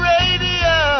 Radio